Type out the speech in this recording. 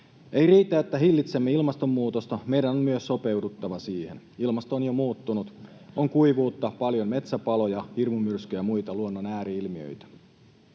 Ei riitä, että hillitsemme ilmastonmuutosta, meidän on myös sopeuduttava siihen. Ilmasto on jo muuttunut: on kuivuutta, paljon metsäpaloja, hirmumyrskyjä ja muita luonnon ääri-ilmiöitä.